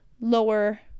lower